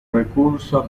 recurso